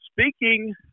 speaking